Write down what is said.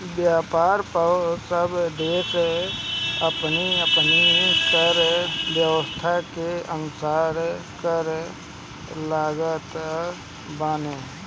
व्यापार पअ सब देस अपनी अपनी कर व्यवस्था के अनुसार कर लगावत बाने